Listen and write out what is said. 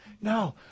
No